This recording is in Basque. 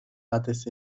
batez